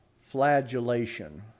flagellation